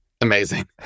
Amazing